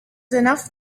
enough